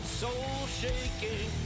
soul-shaking